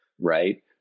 right